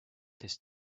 this